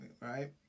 right